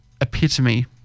epitome